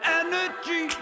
energy